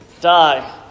die